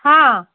ହଁ